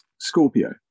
Scorpio